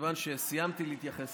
כיוון שסיימתי להתייחס,